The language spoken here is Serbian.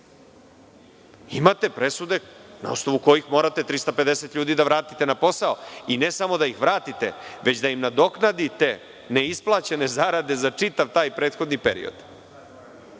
imate presude na osnovu kojih morate 350 ljudi da vratite na posao. I ne samo da ih vratite, već da im nadoknadite neisplaćene zarade za čitav taj prethodni